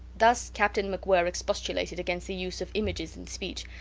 thus captain macwhirr expostulated against the use of images in speech,